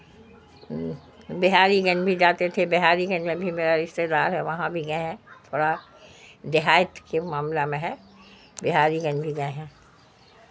بہاری گنج بھی جاتے تھے بہاری گنج میں بھی میرا رشتےدار ہے وہاں بھی گئے ہیں تھوڑا دیہایت کے معاملہ میں ہے بہاری گنج بھی گئے ہیں